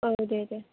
औ दे दे